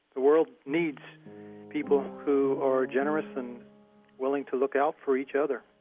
the world needs people who are generous and willing to look out for each other